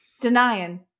Denying